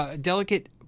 delicate